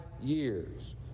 years